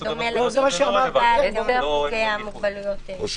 יש סוגי מוגבלויות שזה לא רלוונטי --- "מתחת